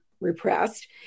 repressed